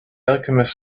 alchemist